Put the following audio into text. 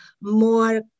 more